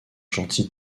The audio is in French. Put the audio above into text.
gentil